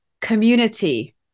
community